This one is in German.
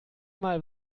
mal